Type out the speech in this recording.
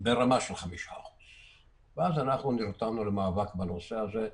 ברמה של 5%. ואז אנחנו נרתמנו למאבק בנושא הזה.